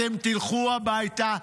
אתם תלכו הביתה,